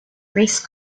race